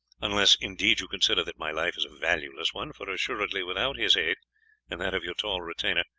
unless indeed you consider that my life is a valueless one, for assuredly without his aid and that of your tall retainer,